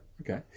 okay